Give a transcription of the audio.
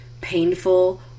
painful